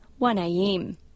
1am